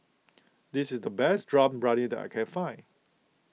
this is the best Dum Briyani that I can find